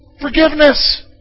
Forgiveness